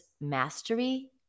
Mastery